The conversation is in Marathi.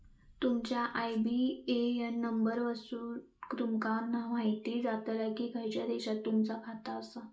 तुमच्या आय.बी.ए.एन नंबर वरसुन तुमका म्हायती जाताला की खयच्या देशात तुमचा खाता आसा